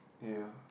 ya